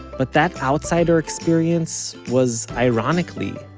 but that outsider experience was, ironically,